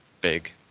big